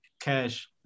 cash